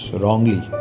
wrongly